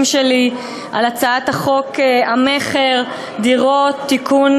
שלי להצעת חוק המכר (דירות) (תיקון,